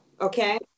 okay